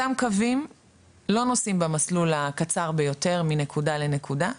אותם קווים לא נוסעים במסלול הקצר ביותר מנקודה לנקודה,